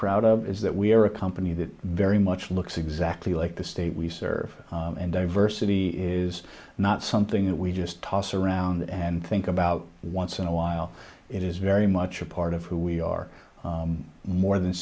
proud of is that we're a company that very much looks exactly like the state we serve and diversity is not something that we just toss around and think about what's in it while it is very much a part of who we are more than